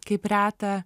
kaip reta